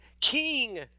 king